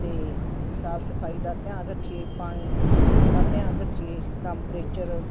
ਅਤੇ ਸਾਫ਼ ਸਫਾਈ ਦਾ ਧਿਆਨ ਰੱਖੀਏ ਪਾਣੀ ਦਾ ਧਿਆਨ ਰੱਖੀਏ ਟੈਂਮਪਰੇਚਰ